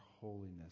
holiness